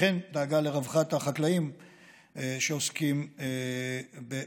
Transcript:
וכן דאגה לרווחת החקלאים שעוסקים בעבודתם.